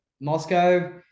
Moscow